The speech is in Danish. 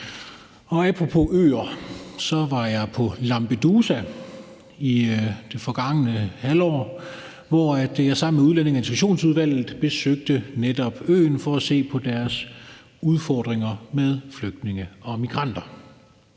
Apropos øer var jeg på Lampedusa i det forgangne halvår, hvor jeg sammen med Udlændinge- og Integrationsudvalget besøgte øen for netop at se på deres udfordringer med flygtninge og migranter.